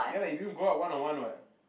ya lah you don't go out one on one what